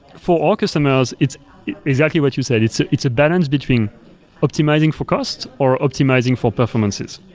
for our customers, it's exactly what you said. it's ah it's a balance between optimizing for costs or optimizing for performances,